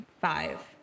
five